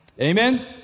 Amen